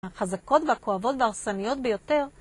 החזקות והכואבות וההרסניות ביותר